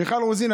מיכל רוזין,